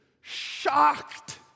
Shocked